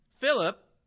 Philip